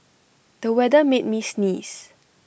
the weather made me sneeze